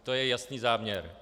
To je jasný záměr.